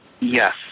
Yes